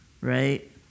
right